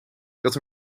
dat